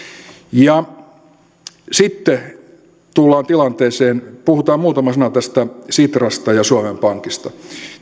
sitten tullaan tilanteeseen että puhutaan muutama sana tästä sitrasta ja suomen pankista